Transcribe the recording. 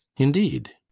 indeed?